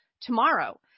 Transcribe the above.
tomorrow